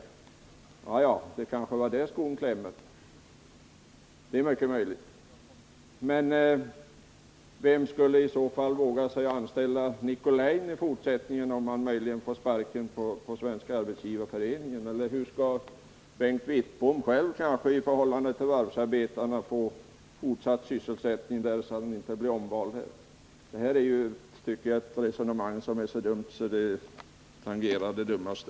Ja, det är mycket möjligt att det är där skon klämmer. Men vem skulle i så fall våga anställa Nicolin i fortsättningen om han skulle få sparken från Svenska arbetsgivareföreningen? Eller hur skall Bengt Wittbom själv få fortsatt sysselsättning därest han inte blir omvald här? Detta resonemang tycker jag är så dumt att det tangerar det dummaste.